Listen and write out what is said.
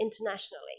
internationally